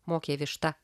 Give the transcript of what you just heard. mokė višta